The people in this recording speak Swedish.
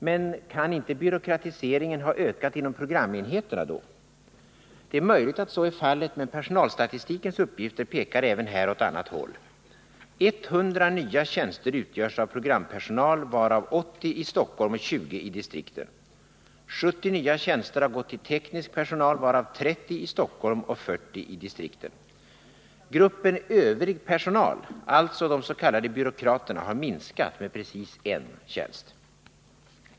Men kan då inte byråkratiseringen ha ökat inom programenheterna? Det är möjligt att så är fallet, men personalstatistikens uppgifter pekar även här åt annat håll: 100 nya tjänster utgörs av programpersonal, varav 80 i Stockholm och 20 i distrikten. 70 nya tjänster har gått till teknisk personal, varav 30 i Stockholm och 40 i distrikten. Gruppen ”övrig personal” — alltså de s.k. byråkraterna — har minskat med precis 1 tjänst.